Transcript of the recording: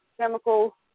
chemical